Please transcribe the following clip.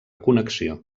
connexió